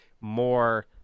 more